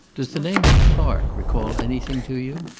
does the name of clark recall anything to you?